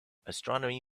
astronomy